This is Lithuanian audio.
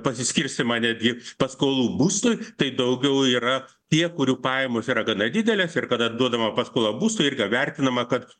pasiskirstymą netgi paskolų būstui tai daugiau yra tie kurių pajamos yra gana didelės ir kada duodama paskola būstui ir yra vertinama kad